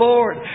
Lord